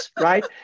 right